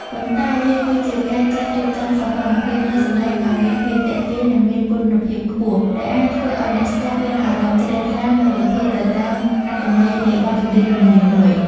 ប៉ុន្តែវាគឺជាការចេះរៀបចំសោភ័ណភាពនៃសម្លេងឱ្យមានភាពទាក់ទាញ និងមានគុណភាពខ្ពស់ ដែលអាចធ្វើឱ្យអ្នកស្តាប់មានអារម្មណ៍ជ្រះថ្លា និងរំភើបទៅតាមអត្ថន័យនៃបទចម្រៀងនីមួយៗ។